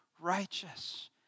righteous